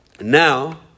Now